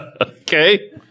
Okay